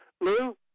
Lou